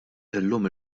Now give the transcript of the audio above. illum